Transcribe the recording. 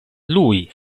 lui